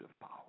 power